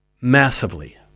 massively